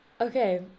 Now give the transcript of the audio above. Okay